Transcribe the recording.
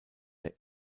der